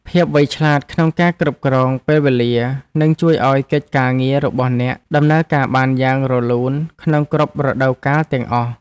ភាពវៃឆ្លាតក្នុងការគ្រប់គ្រងពេលវេលានឹងជួយឱ្យកិច្ចការងាររបស់អ្នកដំណើរការបានយ៉ាងរលូនក្នុងគ្រប់រដូវកាលទាំងអស់។